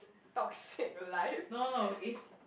toxic life